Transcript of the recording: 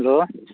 hello